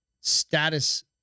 status